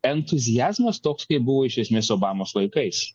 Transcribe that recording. entuziazmas toks kaip buvo iš esmės obamos laikais